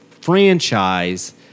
franchise